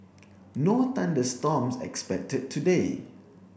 no thunder storms expected today